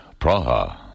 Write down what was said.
Praha